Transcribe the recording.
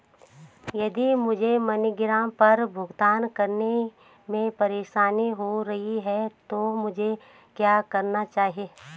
यदि मुझे मनीग्राम पर भुगतान करने में परेशानी हो रही है तो मुझे क्या करना चाहिए?